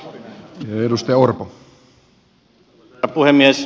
arvoisa herra puhemies